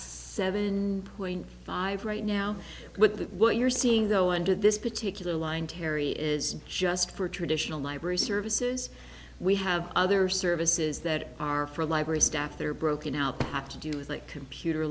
seven point five right now with what you're seeing though under this particular line terry is just for traditional library services we have other services that are for library staff that are broken out that have to do with like computer